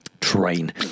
Train